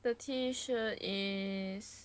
the t shirt is